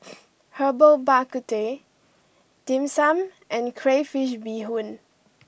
Herbal Bak Ku Teh Dim Sum and Crayfish Beehoon